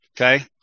okay